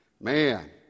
man